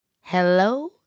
Hello